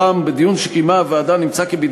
ברם בדיון שקיימה הוועדה נמצא כי בידי